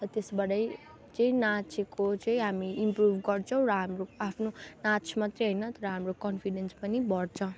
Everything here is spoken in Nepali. र त्यसबाटै चाहिँ नाचेको चाहिँ हामी इम्प्रुभ गर्छौँ र हाम्रो आफ्नो नाच मात्रै होइन र हाम्रो कन्फिडेन्स पनि बढ्छ